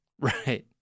right